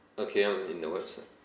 okay I'm in the website